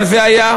אבל זה היה.